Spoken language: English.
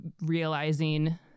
realizing